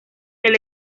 del